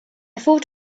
thought